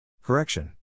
Correction